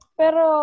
pero